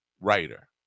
writer